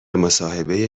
مصاحبه